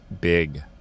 Big